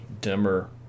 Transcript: dimmer